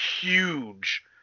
huge